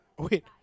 Wait